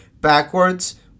backwards